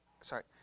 sorry